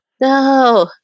No